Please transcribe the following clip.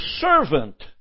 servant